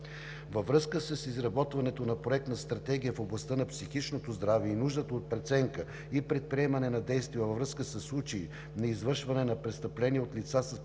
Във връзка с изработването на Проект на стратегия в областта на психичното здраве и нуждата от преценка и предприемане на действия във връзка със случаи на извършване на престъпления от лица с психични